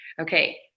Okay